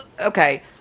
okay